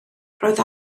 roedd